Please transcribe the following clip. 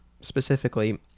specifically